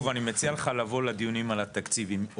אני מציע לך לבוא לדיונים על התקציבים,